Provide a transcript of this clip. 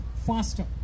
faster